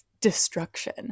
destruction